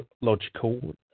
logical